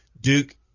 Duke